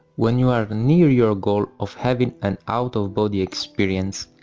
when you are near your goal of having an out of body experience,